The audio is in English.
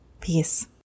Peace